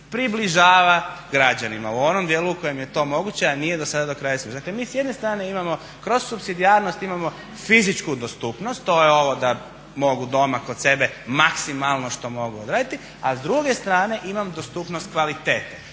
približava građanima u onom dijelu u kojem je to moguće, a nije do sada do kraja …. Dakle mi s jedne strane imamo kroz supsidijarnost imamo fizičku dostupnost, to je ovo da mogu doma kod sebe maksimalno što mogu odraditi, a s druge strane imamo dostupnost kvaliteti.